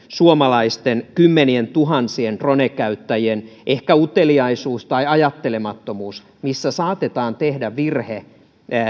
suomalaisten kymmenientuhansien drone käyttäjien ehkä uteliaisuus tai ajattelemattomuus missä saatetaan tehdä virhe